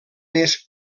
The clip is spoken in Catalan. més